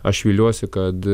aš viliuosi kad